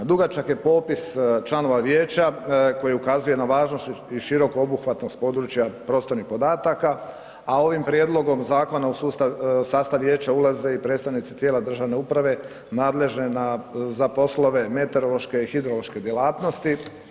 Dugačak je popis članova vijeća koje ukazuje na važnost i široku obuhvatnost s područja prostornih podataka, a ovim prijedlogom zakona u sastav vijeća ulaze i predstavnici tijela državne uprave nadležne za poslove meteorološke i hidrološke djelatnosti.